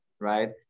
right